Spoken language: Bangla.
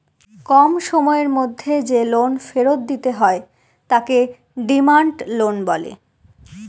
কম সময়ের মধ্যে যে লোন ফেরত দিতে হয় তাকে ডিমান্ড লোন বলে